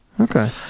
Okay